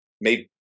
made